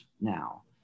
now